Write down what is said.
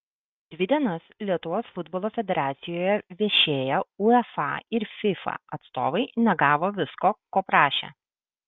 dvi dienas lietuvos futbolo federacijoje viešėję uefa ir fifa atstovai negavo visko ko prašė